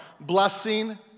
Blessing